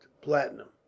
Platinum